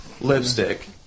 lipstick